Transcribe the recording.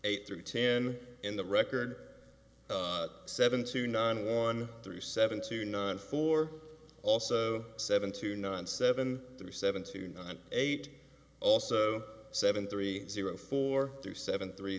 eight through ten in the record seven to nine one three seven two nine four also seven two nine seven three seven two nine eight also seven three zero four two seven three